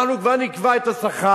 אנחנו כבר נקבע את השכר,